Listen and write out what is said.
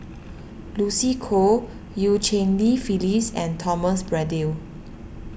Lucy Koh Eu Cheng Li Phyllis and Thomas Braddell